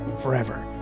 forever